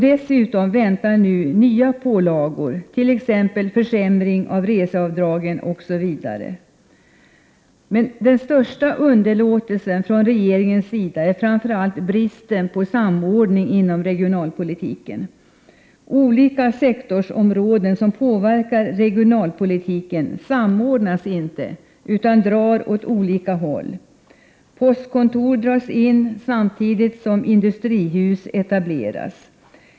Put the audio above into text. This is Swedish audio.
Dessutom väntar nu nya pålagor, som t.ex. försämringar av reseavdraget. Den största underlåtenheten från regeringens sida är dock bristen på samordning inom regionalpolitiken. Olika sektorsområden som påverkar regionalpolitiken samordnas inte utan drar åt olika håll. Postkontor dras in samtidigt som industrihus etableras.